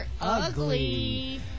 ugly